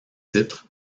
titre